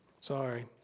Sorry